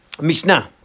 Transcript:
Mishnah